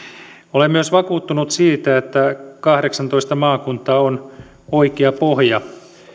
olen myös vakuuttunut siitä että kahdeksantoista maakuntaa on oikea pohja